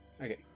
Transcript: Okay